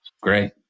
Great